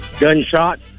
Gunshot